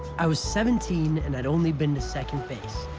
i was seventeen, and i'd only been to second base,